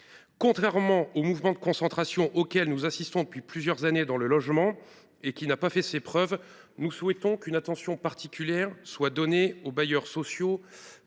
Contrairement au mouvement de concentration auquel nous assistons depuis plusieurs années dans le logement et qui n’a pas fait ses preuves, nous souhaitons qu’une attention particulière soit portée aux bailleurs sociaux